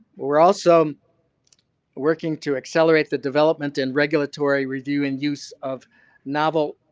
we're also working to accelerate the development and regulatory review and use of novo